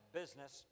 business